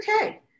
okay